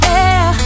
air